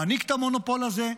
מעניק את המונופול הזה,